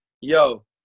yo